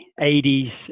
80s